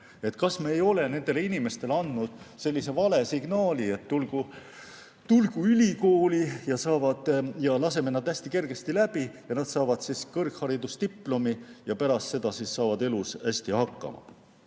Kas me ei ole nendele inimestele andnud vale signaali, et tulgu ülikooli, me laseme nad hästi kergesti läbi, nad saavad kõrgharidusdiplomi ja pärast seda saavad elus hästi hakkama?